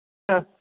हां